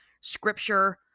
scripture